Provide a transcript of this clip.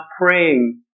praying